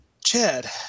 Chad